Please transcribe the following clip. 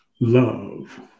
love